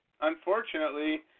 unfortunately